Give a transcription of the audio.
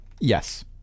Yes